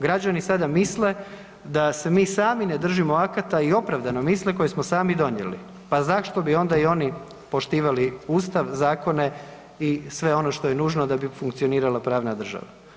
Građani sada misle da se mi sami ne držimo akata i opravdano misle koje smo sami donijeli, pa zašto bi onda i oni poštivali Ustav, zakone i sve ono što je nužno da bi funkcionirala pravna država.